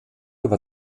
über